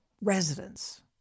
residents